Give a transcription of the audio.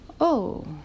Oh